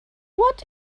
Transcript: what